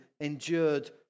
endured